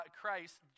Christ